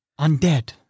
Undead